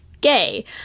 gay